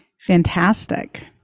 Fantastic